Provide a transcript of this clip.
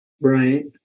Right